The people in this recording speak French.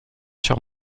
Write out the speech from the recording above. sur